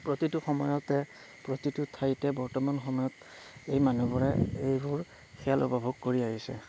প্ৰতিটো সময়তে প্ৰতিটো ঠাইতে বৰ্তমান সময়ত এই মানুহবোৰে এইবোৰ খেল উপভোগ কৰি আহিছে